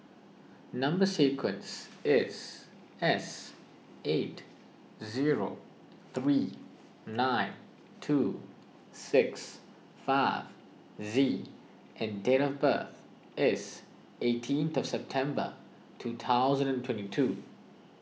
Number Sequence is S eight zero three nine two six five Z and date of birth is eighteenth September two thousand and twenty two